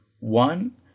One